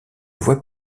voie